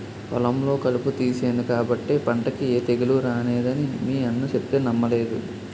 పొలంలో కలుపు తీసేను కాబట్టే పంటకి ఏ తెగులూ రానేదని మీ అన్న సెప్తే నమ్మలేదు